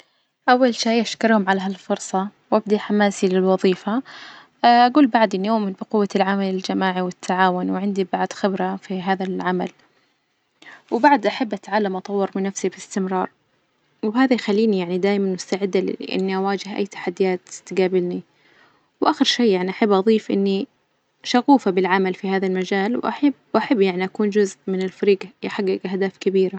أول شي أشكرهم على هالفرصة، وأبدي حماسي للوظيفة أجول بعد اليوم بقوة العمل الجماعي والتعاون وعندي بعد خبرة في هذا العمل، وبعد أحب أتعلم وأطور بنفسي باستمرار، وهذا يخليني يعني دايما مستعدة لإني أواجه أي تحديات تجابلني، وأخر شي يعني أحب أضيف إني شغوفة بالعمل في هذا المجال، وأحب- وأحب يعني أكون جزء من الفريج يحجج أهداف كبيرة.